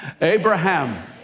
Abraham